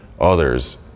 others